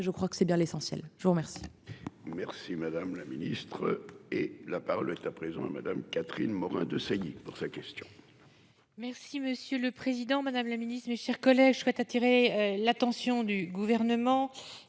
je crois que c'est bien l'essentiel. Je vous remercie.